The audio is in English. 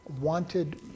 wanted